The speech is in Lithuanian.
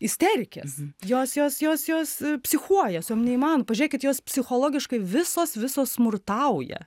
isterikės jos jos jos jos psichuoja su jom neįman pažiūrėkit jos psichologiškai visos visos smurtauja